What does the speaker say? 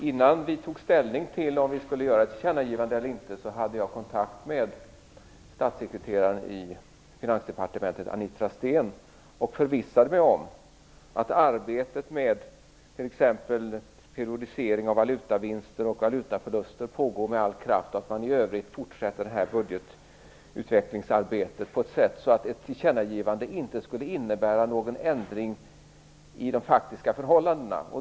Innan vi tog ställning till om vi skulle göra ett tillkännagivande eller inte hade jag kontakt med statssekreterare Anitra Steen i Finansdepartementet och förvissade mig om att arbetet med t.ex. erodisering av valutavinster och valutaförluster pågår med all kraft och att man i övrigt fortsätter med budgetutvecklingsarbetet på ett sätt att ett tillkännagivande inte skulle innebära någon ändring i de faktiska förhållandena.